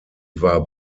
war